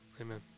amen